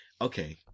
Okay